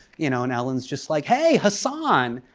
you know and ellen's just like, hey hasan!